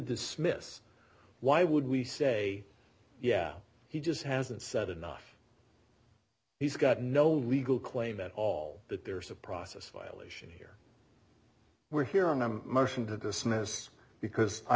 dismiss why would we say yeah he just hasn't said enough he's got no legal claim at all that there's a process violation here we're here on the motion to dismiss because i